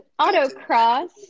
autocross